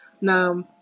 Now